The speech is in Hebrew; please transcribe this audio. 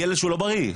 ילד שהוא לא בריא.